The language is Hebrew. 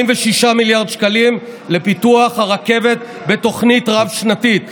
46 מיליארד שקלים לפיתוח הרכבת בתוכנית רב-שנתית.